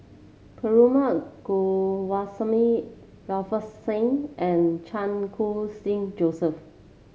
Perumal Govindaswamy Ravinder Singh and Chan Khun Sing Joseph